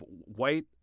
white